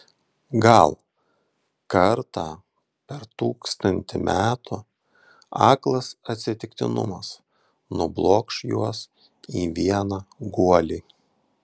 gal kartą per tūkstantį metų aklas atsitiktinumas nublokš juos į vieną guolį